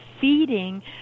feeding